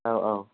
औ औ